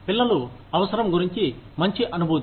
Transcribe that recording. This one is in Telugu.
పిల్లలు అవసరం గురించి మంచి అనుభూతి